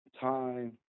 time